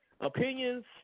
opinions